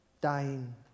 dying